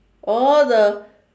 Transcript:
oh the